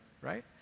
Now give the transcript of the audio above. right